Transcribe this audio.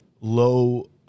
low